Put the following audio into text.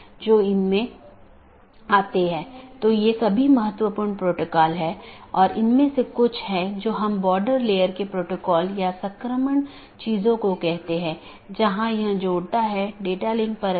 आज हमने जो चर्चा की है वह BGP रूटिंग प्रोटोकॉल की अलग अलग विशेषता यह कैसे परिभाषित किया जा सकता है कि कैसे पथ परिभाषित किया जाता है इत्यादि